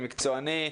למקצועני,